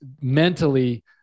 mentally